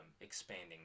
expanding